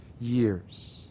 years